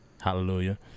Hallelujah